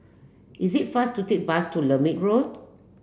is it fast to take bus to Lermit Road